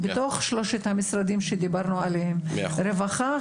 בתוך שלושת המשרדים שדיברנו עליהם: רווחה,